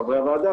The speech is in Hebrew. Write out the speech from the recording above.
חברי הוועדה,